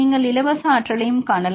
நீங்கள் இலவச ஆற்றலைக் காணலாம்